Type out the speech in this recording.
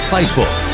Facebook